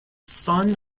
son